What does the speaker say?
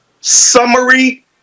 summary